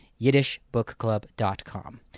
YiddishBookClub.com